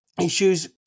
issues